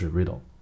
Riddle